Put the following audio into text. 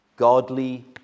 Godly